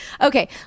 Okay